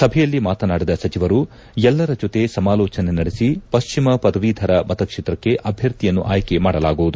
ಸಭೆಯಲ್ಲಿ ಮಾತನಾಡಿದ ಸಚಿವರು ಎಲ್ಲರ ಜೊತೆ ಸಮಾಲೋಚನೆ ನಡೆಸಿ ಪಶ್ಚಿಮ ಪದವೀಧರ ಮತಕ್ಷೇತ್ರಕ್ಷೆ ಅಭ್ವರ್ಥಿಯನ್ನು ಆಯ್ಡೆ ಮಾಡಲಾಗುವುದು